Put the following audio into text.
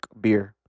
beer